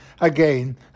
again